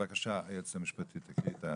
בבקשה, היועצת המשפטית תקרא את הסעיפים.